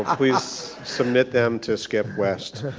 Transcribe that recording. please submit them to skip west,